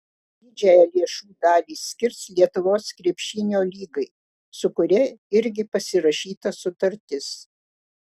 didžiąją lėšų dalį skirs lietuvos krepšinio lygai su kuria irgi pasirašyta sutartis